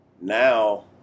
now